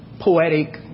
poetic